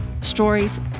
stories